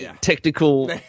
technical